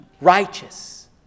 righteous